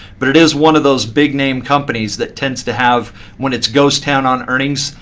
but it is one of those big name companies that tends to have when it's ghost town on earnings,